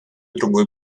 другой